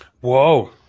Whoa